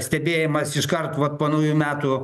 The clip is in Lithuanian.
stebėjimas iškart vat po naujųjų metų